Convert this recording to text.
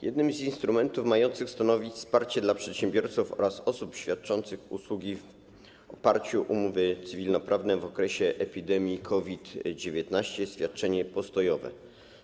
Jednym z instrumentów mających stanowić wsparcie dla przedsiębiorców oraz osób świadczących usługi w oparciu o umowy cywilnoprawne w okresie epidemii COVID-19 jest świadczenie postojowe.